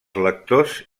lectors